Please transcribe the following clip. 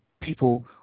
people